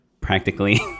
practically